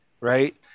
right